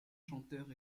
chanteurs